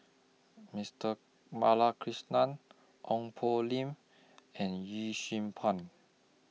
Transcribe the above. Mister Balakrishnan Ong Poh Lim and Yee Xing Pun